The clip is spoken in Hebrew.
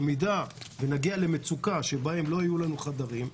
במידה שנגיע למצוקה שבה לא יהיו לנו חדרים,